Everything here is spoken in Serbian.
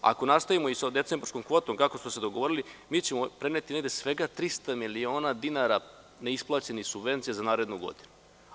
Ako nastavimo i sa decembarskom kvotom kako smo se dogovorili, mi ćemo preneti negde svega 300 miliona dinara neisplaćenih subvencija za narednu godinu.